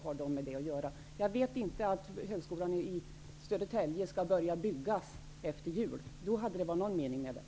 Jag känner inte till att högskolan i Södertälje skall börja byggas efter jul. Då hade det varit någon mening med det.